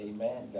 Amen